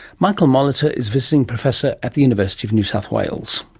michael molitor is visiting professor at the university of new south wales.